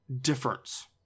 difference